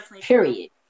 period